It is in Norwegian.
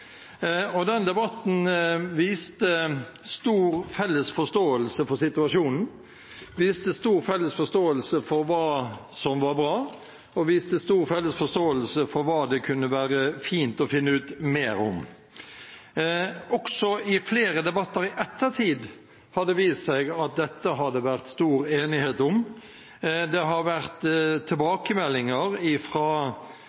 og den debatten viste stor felles forståelse for situasjonen, viste stor felles forståelse for hva som var bra, og viste stor felles forståelse for hva det kunne være fint å finne ut mer om. Også i flere debatter i ettertid har det vist seg at det har vært stor enighet om dette. Det har vært